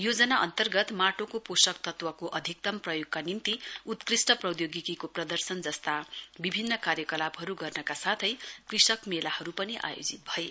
योजना अन्तर्गत माटोको पोषकतत्वको अधिकतम प्रयोगका निम्ति उत्कृष्ट प्रौधोगिकीको प्रदर्शन जस्ता विभिन्न कार्यकलापहरू गर्नका साथै कृषक मेलाहरू पनि आयोजित भए